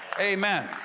Amen